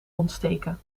ontsteken